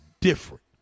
different